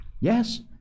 Yes